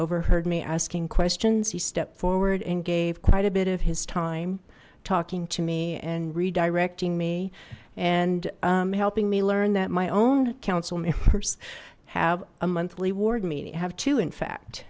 overheard me asking questions he stepped forward and gave quite a bit of his time talking to me and redirecting me and helping me learn that my own council members have a monthly ward meeting i have two in fact